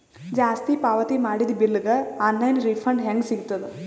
ಜಾಸ್ತಿ ಪಾವತಿ ಮಾಡಿದ ಬಿಲ್ ಗ ಆನ್ ಲೈನ್ ರಿಫಂಡ ಹೇಂಗ ಸಿಗತದ?